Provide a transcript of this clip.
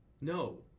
No